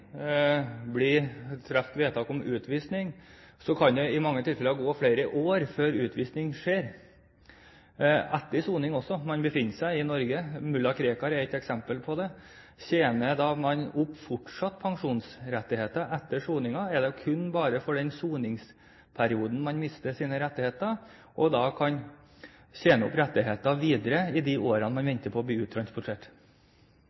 blir truffet vedtak om utvisning, og det går flere år før utvisning skjer, også etter soning? Man befinner seg fortsatt i Norge. Mulla Krekar er et eksempel på det. Tjener man da fortsatt opp pensjonsrettigheter etter soningen? Er det kun i soningsperioden man mister sine rettigheter? Kan man tjene opp rettigheter videre i de årene man